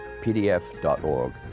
pdf.org